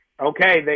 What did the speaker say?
Okay